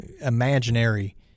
imaginary